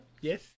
Yes